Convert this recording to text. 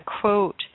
quote